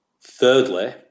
thirdly